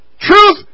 Truth